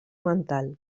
mental